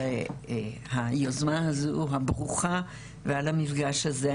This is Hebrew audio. על היוזמה הזו הברוכה ועל המפגש הזה.